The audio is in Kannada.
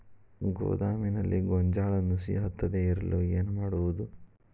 ಗೋದಾಮಿನಲ್ಲಿ ಗೋಂಜಾಳ ನುಸಿ ಹತ್ತದೇ ಇರಲು ಏನು ಮಾಡುವುದು?